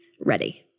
ready